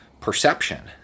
perception